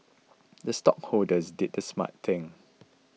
the stockholders did the smart thing